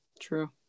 True